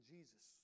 Jesus